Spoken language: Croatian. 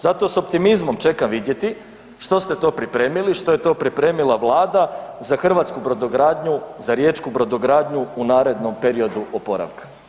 Zato s optimizmom čekam vidjeti što ste to pripremili, što je to pripremila Vlada za hrvatsku brodogradnju, za riječku brodogradnju u narednom periodu oporavka.